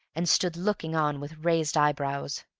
and stood looking on with raised eyebrows.